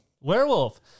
Werewolf